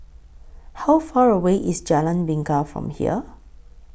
How Far away IS Jalan Bingka from here